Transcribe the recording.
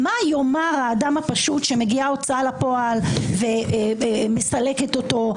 מה יאמר האדם הפשוט כשמגיעה ההוצאה לפועל ומסלקת אותו?